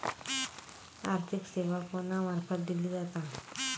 आर्थिक सेवा कोणा मार्फत दिले जातत?